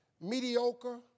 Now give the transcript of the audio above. mediocre